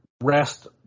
rest